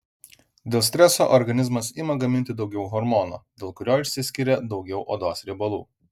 dėl streso organizmas ima gaminti daugiau hormono dėl kurio išsiskiria daugiau odos riebalų